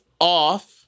off